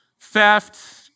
theft